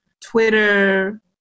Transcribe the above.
Twitter